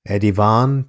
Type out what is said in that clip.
Edivan